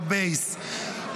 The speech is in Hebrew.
בבייס.